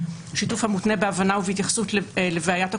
שיתוף המותנה בהבנה ובהתייחסות לבעיית הקרבנות,